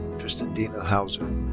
tristan dena houser.